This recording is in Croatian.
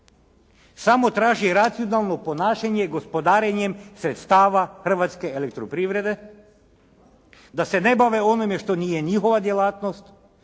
Samo traži racionalno ponašanje gospodarenjem sredstava hrvatske elektroprivrede da se ne bave onim što nije njihova djelatnost,